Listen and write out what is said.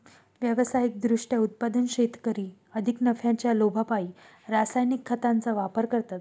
व्यावसायिक दृष्ट्या उत्पादक शेतकरी अधिक नफ्याच्या लोभापायी रासायनिक खतांचा वापर करतात